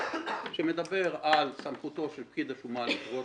שמדבר על סמכותו של פקיד השומה לדרוש